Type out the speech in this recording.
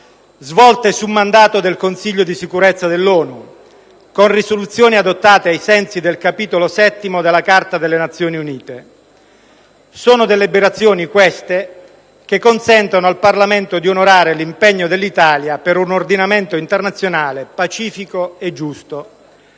svolte su mandato del Consiglio di sicurezza dell'ONU, con risoluzioni adottate ai sensi del Capitolo VII della Carta delle Nazioni Unite. Sono deliberazioni queste che consentono al Parlamento di onorare l'impegno dell'Italia per un ordinamento internazionale pacifico e giusto.